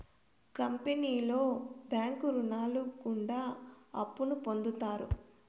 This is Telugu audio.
కంపెనీలో బ్యాంకు రుణాలు గుండా అప్పును పొందుతారు